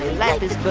life is but